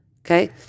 Okay